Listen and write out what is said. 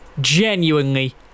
genuinely